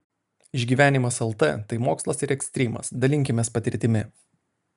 išgyvenimas lt tai mokslas ir ekstrymas dalinkimės patirtimi